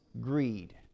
greed